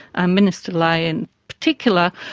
um minister ley in particular,